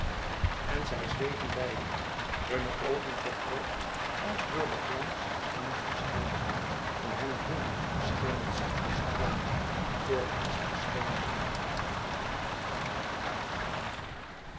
en zij zwegen beiden hunne oogen vergroot als door den glans van een vizioen om hen heen scheen het zacht te stralen door de asch der schemering heen